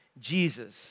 Jesus